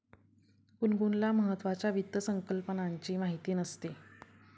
गुनगुनला महत्त्वाच्या वित्त संकल्पनांची माहिती नसते